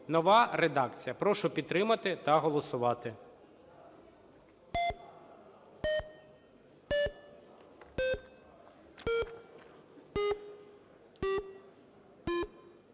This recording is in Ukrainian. (нова редакція). Прошу підтримати та голосувати.